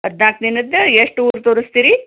ಹದಿನಾಲ್ಕು ದಿನದ್ದು ಎಷ್ಟು ಊರು ತೋರಿಸ್ತೀರಿ